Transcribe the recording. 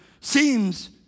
seems